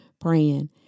praying